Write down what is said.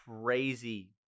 crazy